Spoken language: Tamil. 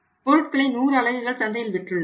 பொருட்களை 100 அலகுகள் சந்தையில் விற்றுள்ளோம்